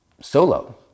solo